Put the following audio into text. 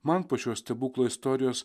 man po šio stebuklo istorijos